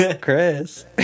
Chris